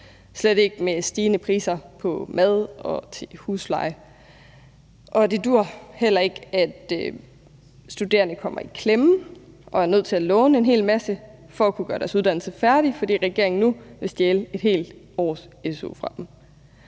slet ikke med stigende priser på mad og husleje. Det duer heller ikke, at studerende kommer i klemme og er nødt til at låne en hel masse for at kunne gøre deres uddannelse færdig, fordi regeringen nu vil stjæle et helt års su fra dem